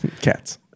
Cats